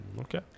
Okay